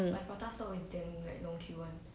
um